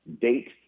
date